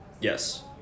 Yes